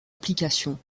application